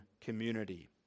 community